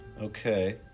Okay